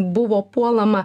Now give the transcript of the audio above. buvo puolama